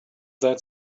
that